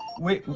wait,